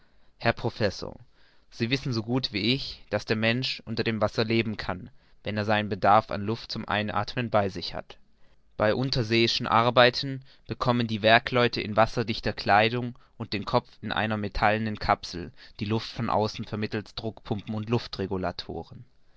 herr professor sie wissen so gut wie ich daß der mensch unter dem wasser leben kann wenn er seinen bedarf an luft zum einathmen bei sich hat bei unterseeischen arbeiten bekommen die werkleute in wasserdichter kleidung und den kopf in einer metallenen kapsel die luft von außen vermittelst druckpumpen und luftregulatoren